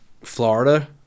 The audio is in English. Florida